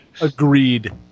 Agreed